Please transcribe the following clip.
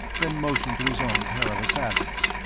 then motioned to his own pair of assassins.